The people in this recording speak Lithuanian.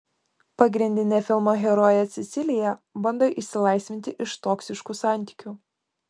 pagrindinė filmo herojė cecilija bando išsilaisvinti iš toksiškų santykių